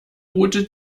route